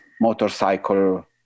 motorcycle